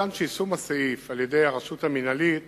מכאן שיישום הסעיף על-ידי הרשות המינהלית